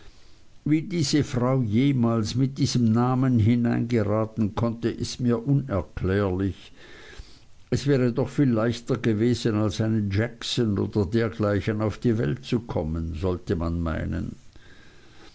wie diese frau jemals mit diesem namen hineingeraten konnte ist mir unerklärlich es wäre doch viel leichter gewesen als eine jackson oder dergleichen auf die welt zu kommen sollte man meinen